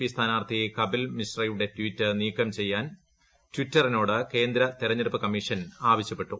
P സ്ഥാനാർത്ഥി കപിൽ മിശ്രയുടെ tweet നീക്കം ചെയ്യാൻ ടിറ്ററിനോട് കേന്ദ്ര തെരഞ്ഞെടുപ്പ് കമ്മീഷൻ ആവശ്യപ്പെട്ടു